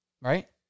right